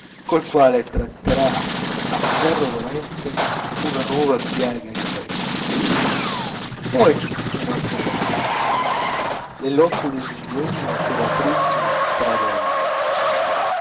col quale tratterà a ferro rovente una nuova piaga di parigi poi un altro romanzo le lotte dell'ingegno per aprirsi una strada nel mondo